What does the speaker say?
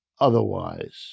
otherwise